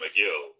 McGill